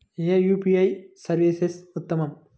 ఏ UPI service ఉత్తమము?